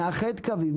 נאחד קווים,